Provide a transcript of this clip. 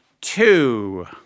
two